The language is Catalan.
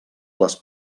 les